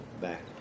back